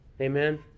Amen